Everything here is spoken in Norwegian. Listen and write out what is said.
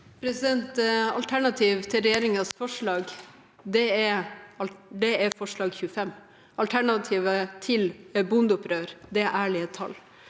Alternativet til regje- ringens forslag er forslag nr. 25. Alternativet til bondeopprør er ærlige tall.